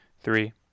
Three